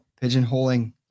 pigeonholing